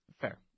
Fair